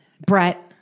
Brett